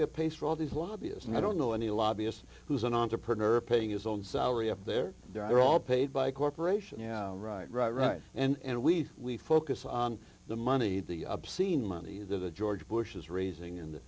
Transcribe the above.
it pays for all these lobbyist and i don't know any lobbyist who's an entrepreneur paying his own salary up there they're all paid by corporation yeah right right right and we we focus on the money the obscene money the george bush is raising